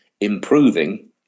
improving